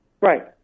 Right